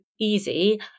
easy